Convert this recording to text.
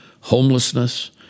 homelessness